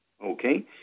Okay